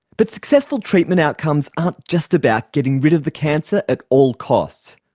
but successful treatment outcomes aren't just about getting rid of the cancer at all cost.